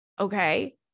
Okay